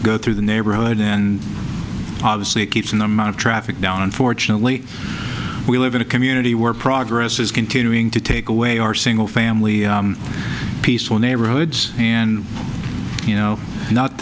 go through the neighborhood and obviously it keeps in the amount of traffic down unfortunately we live in a community where progress is continuing to take away our single family peaceful neighborhoods and you know not